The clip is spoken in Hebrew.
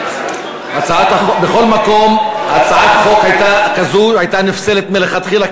בכל מקום הצעת חוק כזאת הייתה נפסלת מלכתחילה,